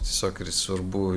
tiesiog svarbu